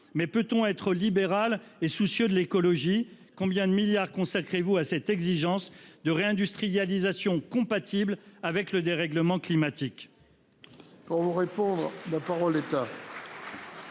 Mais peut-on être libéral et soucieux de l'écologie. Combien de milliards consacrés-vous à cette exigence de réindustrialisation compatible avec le dérèglement climatique.